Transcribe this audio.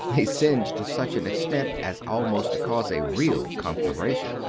they singed to such an extent as almost to cause a real conflagration.